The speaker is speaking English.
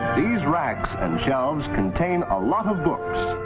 these racks and shelves contain a lot of books,